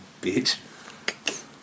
bitch